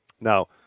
Now